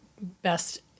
best